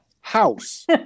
house